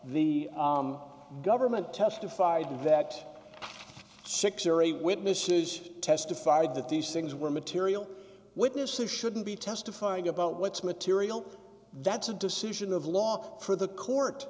the government testified that six or eight witnesses testified that these things were material witnesses shouldn't be testifying about what's material that's a decision of law for the court